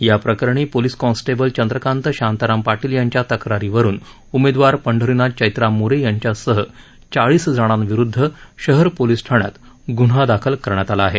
याप्रकरणी police constable Chandrakant Shantaram Patil यांच्या तक्रारीवरून उमेदवार पंढरीनाथ चैत्राम मोरे यांच्यासह चाळीस जणांविरूध्द शहर पोलिसात ठाण्यात गुन्हा दाखल करण्यात आला आहे